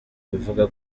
bivuga